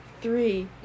three